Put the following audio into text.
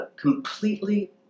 completely